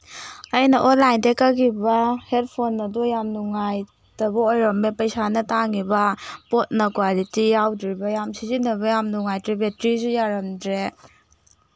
ꯑꯩꯅ ꯑꯣꯟꯂꯥꯏꯟꯗꯒꯤ ꯀꯛꯈꯤꯕ ꯍꯦꯠꯐꯣꯟ ꯑꯗꯣ ꯌꯥꯝ ꯅꯨꯉꯥꯏꯇꯕ ꯑꯣꯏꯔꯝꯃꯦ ꯄꯩꯁꯥꯅ ꯇꯥꯡꯉꯤꯕ ꯄꯣꯠꯅ ꯀ꯭ꯋꯥꯂꯤꯇꯤ ꯌꯥꯎꯗ꯭ꯔꯤꯕ ꯌꯥꯝ ꯁꯤꯖꯤꯟꯅꯕ ꯅꯨꯉꯥꯏꯇ꯭ꯔꯦ ꯕꯦꯇ꯭ꯔꯤꯁꯨ ꯌꯥꯔꯝꯗ꯭ꯔꯦ